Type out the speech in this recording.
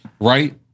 right